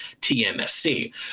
TMSC